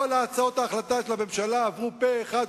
כל הצעות ההחלטה של הממשלה עברו פה-אחד,